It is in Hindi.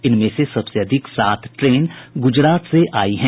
इनमें से सबसे अधिक सात ट्रेन गुजरात से आयी हैं